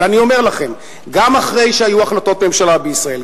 אבל גם אחרי שהיו החלטות ממשלה בישראל,